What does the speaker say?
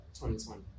2020